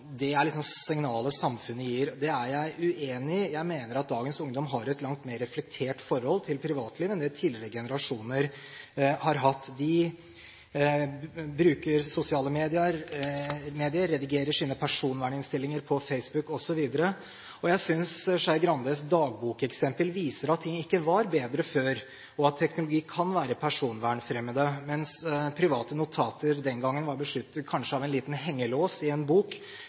det er liksom signalet samfunnet gir. Det er jeg uenig i. Jeg mener at dagens ungdom har et langt mer reflektert forhold til privatlivet enn det tidligere generasjoner har hatt. De bruker sosiale medier, redigerer sine personverninnstillinger på Facebook osv. Jeg synes Skei Grandes dagbokeksempel viser at ting ikke var bedre før, og at teknologi kan være personvernfremmende. Mens private notater den gangen kanskje var beskyttet av en liten hengelås på en bok,